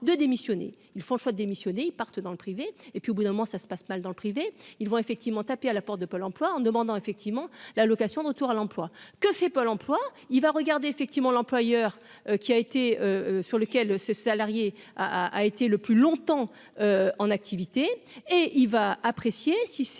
de démissionner, ils font le choix démissionné, ils partent dans le privé et puis au bout d'un moment, ça se passe mal dans le privé, ils vont effectivement taper à la porte de Pôle emploi en demandant effectivement l'allocation de retour à l'emploi que fait Pôle emploi il va regarder effectivement l'employeur qui a été sur lequel ses salariés a a été le plus longtemps en activité. Et il va apprécier si c'est